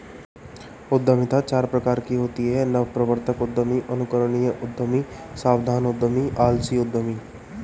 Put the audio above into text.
उद्यमिता चार प्रकार की होती है नवप्रवर्तक उद्यमी, अनुकरणीय उद्यमी, सावधान उद्यमी, आलसी उद्यमी